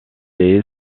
est